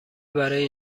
برای